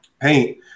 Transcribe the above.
paint